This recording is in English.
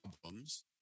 problems